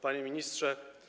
Panie Ministrze!